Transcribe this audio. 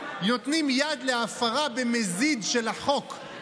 נותנים יד להפרה במזיד של החוק,